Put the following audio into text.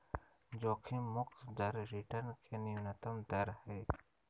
जोखिम मुक्त दर रिटर्न के न्यूनतम दर हइ